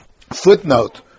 footnote